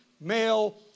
male